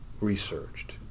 researched